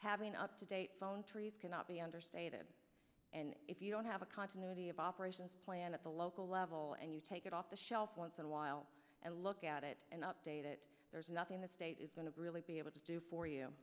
having up to date phone trees cannot be understated and if you don't have a continuity of operations plan at the local level and you take it off the shelf once in a while and look at it and update it there's nothing the state is going to really be able to do for you